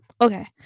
okay